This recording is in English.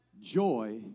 Joy